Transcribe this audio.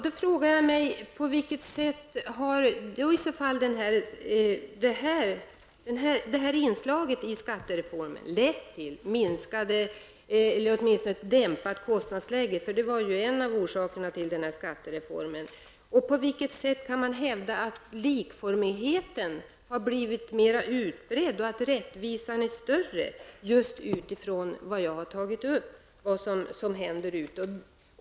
Då frågar jag mig: På vilket sätt har i så fall det inslaget i skattereformen lett till ett dämpat kostnadsläge -- det var ju ett av skälen för skattereformen? Och på vilket sätt kan man hävda att likformigheten har blivit mer utbredd och att rättvisan är större, med hänsyn till just det jag nyss nämnde?